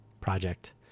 project